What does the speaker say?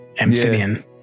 amphibian